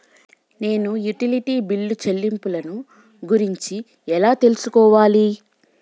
నేను utility bill చెల్లింపులను గురించి ఎలా తెలుసుకోవాలి?